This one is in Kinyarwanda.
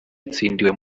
yatsindiwe